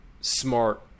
smart